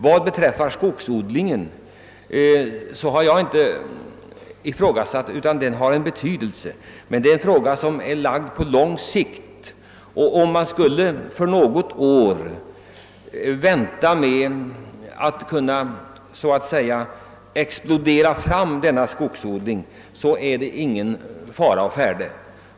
Vad beträffar skogsodlingen kan nämnas att jag inte ifrågasatt annat än att den har sin betydelse, men det är en fråga som är lagd på lång sikt. Om man för något år skulle vänta med att så att säga »explodera fram» denna skogsodling, utgör det ingen fara.